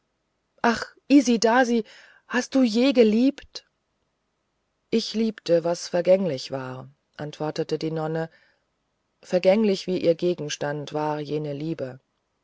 ach isidasi hast auch du je geliebt ich liebte was vergänglich war antwortete die nonne vergänglich wie ihr gegenstand war jene liebe